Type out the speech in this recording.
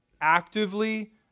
actively